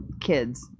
kids